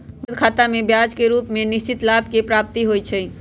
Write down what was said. बचत खतामें ब्याज के रूप में निश्चित लाभ के प्राप्ति होइ छइ